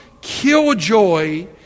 killjoy